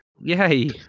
Yay